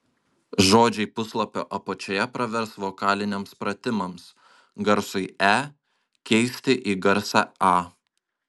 žodžiai puslapio apačioje pravers vokaliniams pratimams garsui e keisti į garsą a